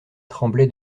tremblait